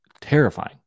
terrifying